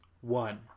one